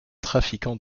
trafiquant